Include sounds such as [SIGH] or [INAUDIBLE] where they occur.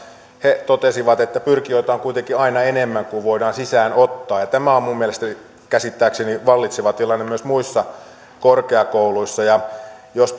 he totesivat että pyrkijöitä on kuitenkin aina enemmän kuin voidaan sisään ottaa ja tämä on minun käsittääkseni vallitseva tilanne myös muissa korkeakouluissa jos [UNINTELLIGIBLE]